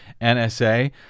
NSA